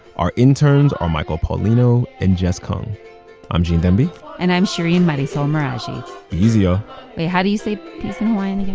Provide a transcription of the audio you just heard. our interns are michael paulino and jess kung i'm gene demby and i'm shereen marisol meraji be easy, y'all ah wait. how do you say peace in hawaiian again?